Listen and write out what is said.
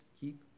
keep